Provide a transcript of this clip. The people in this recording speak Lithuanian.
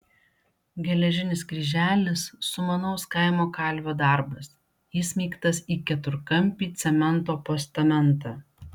geležinis kryželis sumanaus kaimo kalvio darbas įsmeigtas į keturkampį cemento postamentą